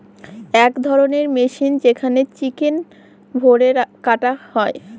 এক ধরণের মেশিন যেখানে চিকেন ভোরে কাটা হয়